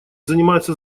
занимаются